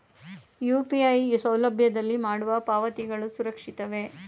UPI ಸೌಲಭ್ಯದಲ್ಲಿ ಮಾಡುವ ಪಾವತಿಗಳು ಸುರಕ್ಷಿತವೇ?